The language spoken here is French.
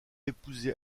épousé